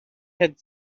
had